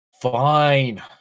Fine